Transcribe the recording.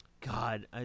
God